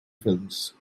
films